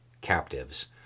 captives